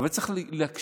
אבל צריך להקשיב